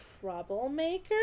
Troublemaker